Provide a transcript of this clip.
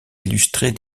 illustrer